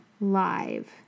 live